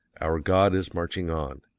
our god is marching on.